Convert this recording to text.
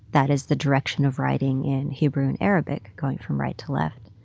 that is the direction of writing in hebrew and arabic, going from right to left